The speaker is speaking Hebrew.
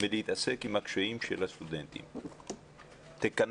מלהתעסק עם הקשיים של הסטודנטים - תיכנס,